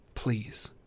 Please